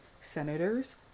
senators